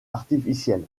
artificiels